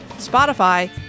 Spotify